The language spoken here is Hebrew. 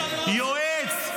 יועץ.